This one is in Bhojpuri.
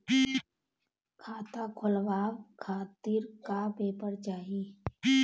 खाता खोलवाव खातिर का का पेपर चाही?